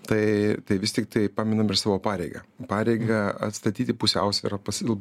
tai tai vis tiktai paminam ir savo pareigą pareigą atstatyti pusiausvyrą pasil